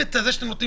מנסה